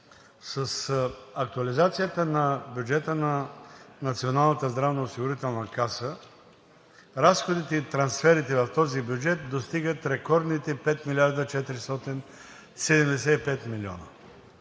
С актуализацията на бюджета на Националната здравноосигурителна каса, разходите и трансферите в този бюджет достигат рекордните 5 млрд. 475 млн.